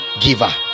giver